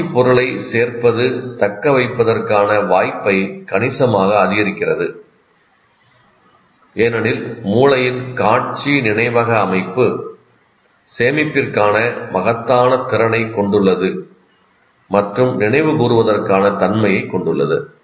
காட்சி பொருளைச் சேர்ப்பது தக்கவைப்பதற்கான வாய்ப்பை கணிசமாக அதிகரிக்கிறது ஏனெனில் மூளையின் காட்சி நினைவக அமைப்பு சேமிப்பிற்கான மகத்தான திறனைக் கொண்டுள்ளது மற்றும் நினைவுகூருவதற்கான தன்மையைக் கொண்டுள்ளது